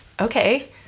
Okay